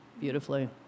beautifully